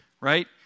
right